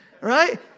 right